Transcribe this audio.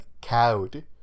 cowed